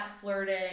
flirting